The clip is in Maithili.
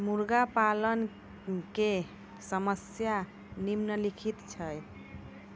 मुर्गा पालन के समस्या निम्नलिखित छै